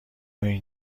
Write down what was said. این